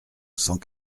cent